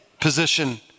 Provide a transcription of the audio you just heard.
position